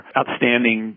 outstanding